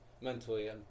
Mentally